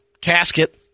casket